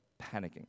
panicking